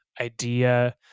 idea